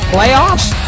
Playoffs